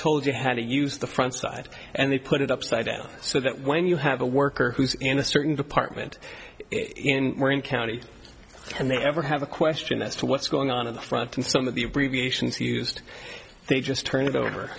told you how to use the front side and they put it upside down so that when you have a worker who's in a certain department in orange county and they ever have a question that's to what's going on in the front and some of the abbreviations used they just turn it over